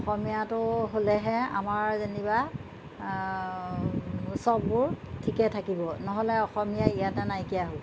অসমীয়াটো হ'লেহে আমাৰ যেনিবা চববোৰ ঠিকে থাকিব নহ'লে অসমীয়া ইয়াতে নাইকিয়া হ'ল